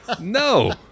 No